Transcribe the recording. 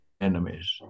enemies